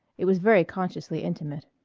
it was very consciously intimate.